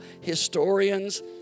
historians